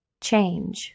change